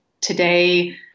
today